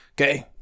Okay